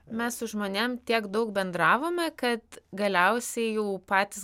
mes su žmonėm tiek daug bendravome kad galiausiai jau patys